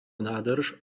nádrž